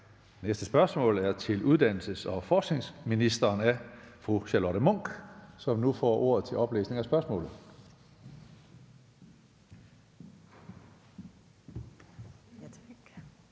Næste spørgsmål er også til uddannelses- og forskningsministeren, og det er af hr. Mikkel Bjørn, som nu får ordet til oplæsning af spørgsmålet.